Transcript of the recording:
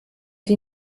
die